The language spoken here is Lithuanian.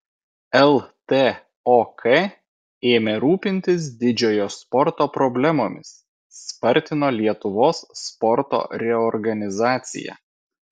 ltok ėmė rūpintis didžiojo sporto problemomis spartino lietuvos sporto reorganizaciją